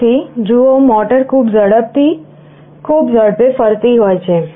તેથી જુઓ મોટર ખૂબ ઝડપથી ખૂબ ઝડપે ફરતી હોય છે